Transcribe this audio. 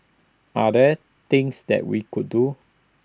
are there things that we could do